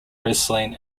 wrestling